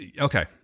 Okay